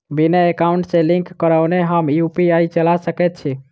बिना एकाउंट सँ लिंक करौने हम यु.पी.आई चला सकैत छी?